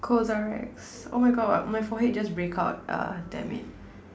CosRX oh my God my forehead just break out ah damn it